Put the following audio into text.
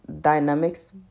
dynamics